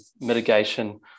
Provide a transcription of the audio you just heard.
mitigation